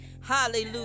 Hallelujah